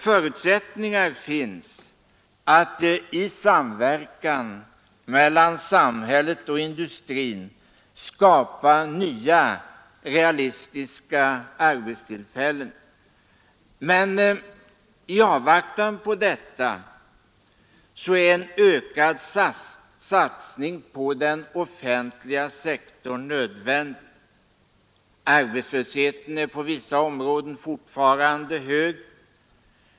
Förutsättningar finns att i samverkan mellan samhället och industrin skapa nya realistiska arbetstillfällen, men i avvaktan på detta är en ökad satsning på den offentliga sektorn nödvändig. Arbetslösheten är på vissa områden fortfarande hög.